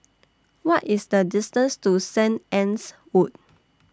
What IS The distance to Saint Anne's Wood